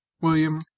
William